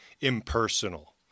impersonal